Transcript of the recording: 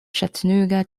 chattanooga